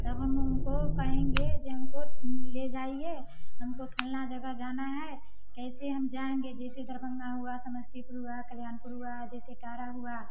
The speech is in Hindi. तब हम उनको कहेंगे जो हमको ले जाइए हमको फलाँ जगह जाना है कैसे हम जाएँगे जैसे दरभंगा हुआ समस्तीपुर हुआ कल्याणपुर हुआ जैसे सटारा हुआ